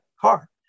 car